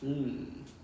mm